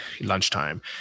lunchtime